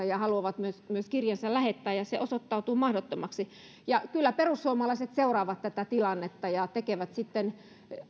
ja haluavat myös myös kirjeensä lähettää ja se osoittautuu mahdottomaksi kyllä perussuomalaiset seuraavat tätä tilannetta ja tekevät sitten